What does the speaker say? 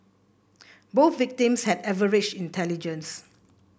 both victims had average intelligence